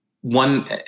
one